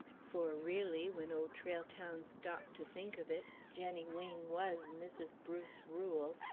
for really, when old trail town stopped to think of it, jenny wing was mrs. bruce rule,